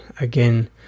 again